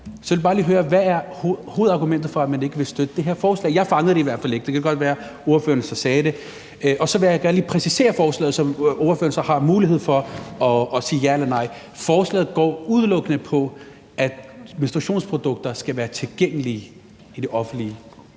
Så jeg vil bare lige høre, hvad hovedargumentet er for ikke at ville støtte det her forslag. Jeg fangede det i hvert fald ikke, men det kan godt være, at ordføreren sagde det. Og så vil jeg gerne lige præcisere forslaget, så ordføreren så har mulighed for at sige ja eller nej. Forslaget går udelukkende på, at menstruationsprodukter skal være tilgængelige i det offentlige